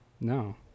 No